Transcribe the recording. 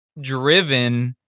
driven